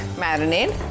marinade